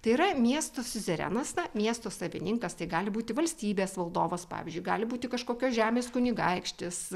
tai yra miestų siuzerenas miesto savininkas tai gali būti valstybės valdovas pavyzdžiui gali būti kažkokios žemės kunigaikštis